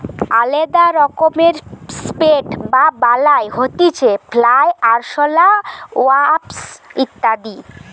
আলদা রকমের পেস্ট বা বালাই হতিছে ফ্লাই, আরশোলা, ওয়াস্প ইত্যাদি